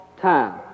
time